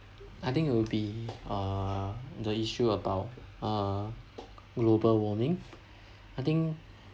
I think it'll be uh the issue about uh global warming I think